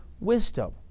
wisdom